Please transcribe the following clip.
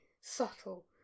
subtle